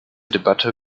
debatte